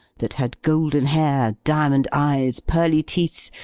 that had golden hair, diamond eyes, pearly teeth,